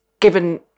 given